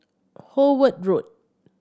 Howard Road